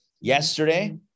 Yesterday